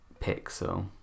Pixel